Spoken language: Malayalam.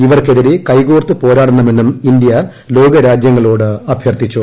ഇവർക്ക്എതിരെ കൈകോർത്ത് പോരാടണമെന്നും ഇന്ത്യ ലോകരാജ്യങ്ങളോട് അഭ്യർത്ഥിച്ചു